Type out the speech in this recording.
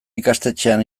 ikastetxean